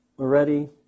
Already